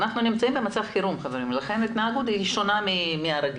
אנחנו נמצאים במצב חירום ולכן ההתנהגות היא שונה מהרגיל.